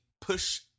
push